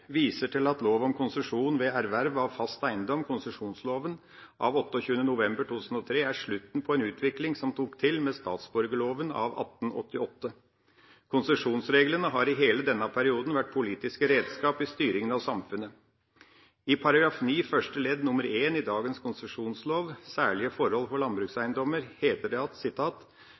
viser til at lov om konsesjon ved erverv av fast eiendom, konsesjonsloven av 28. november 2003, er slutten på en utvikling som tok til med statsborgerloven av 1888. Konsesjonsreglene har i hele denne perioden vært politiske redskap i styringa av samfunnet. I § 9 første ledd nr. 1 i dagens konsesjonslov, om særlige forhold for landbrukseiendommer, heter det at